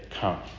come